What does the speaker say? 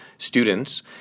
Students